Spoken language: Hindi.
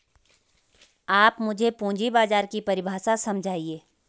आप मुझे पूंजी बाजार की परिभाषा समझाइए